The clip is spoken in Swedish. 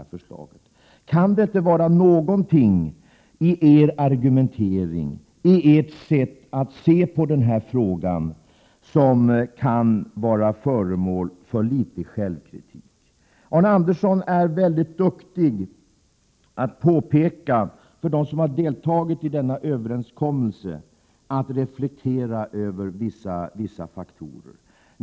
Tror verkligen Arne Andersson inte att någonting i er argumentering och i ert sätt att se på frågan kunde ge anledning till litet självkritik? Arne Andersson är väldigt duktig att påpeka för dem som deltagit i denna överenskommelse att de bör reflektera över vissa faktorer.